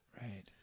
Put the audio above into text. Right